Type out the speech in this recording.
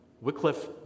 Wycliffe